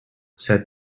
said